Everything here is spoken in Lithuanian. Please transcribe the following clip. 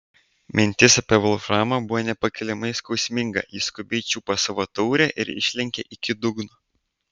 mintis apie volframą buvo nepakeliamai skausminga ji skubiai čiupo savo taurę ir išlenkė iki dugno